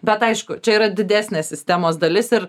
bet aišku čia yra didesnė sistemos dalis ir